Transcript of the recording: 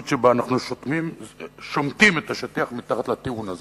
שבה אנחנו שומטים את השטיח מתחת לטיעון הזה,